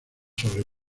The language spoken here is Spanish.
sobre